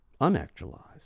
unactualized